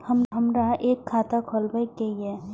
हमरा एक खाता खोलाबई के ये?